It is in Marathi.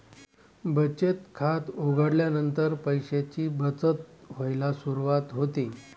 बचत खात उघडल्यानंतर पैशांची बचत व्हायला सुरवात होते